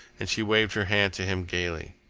and she waved her hand to him gaily.